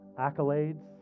accolades